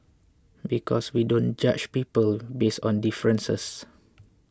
because we don't judge people based on differences